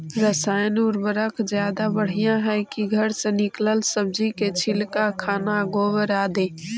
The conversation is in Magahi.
रासायन उर्वरक ज्यादा बढ़िया हैं कि घर से निकलल सब्जी के छिलका, खाना, गोबर, आदि?